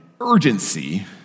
urgency